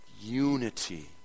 Unity